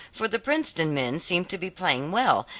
for the princeton men seem to be playing well,